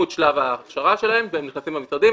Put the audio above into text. את שלב ההכשרה שלהם והם נכנסים למשרדים.